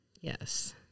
Yes